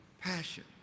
passion